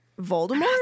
Voldemort